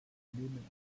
nehmen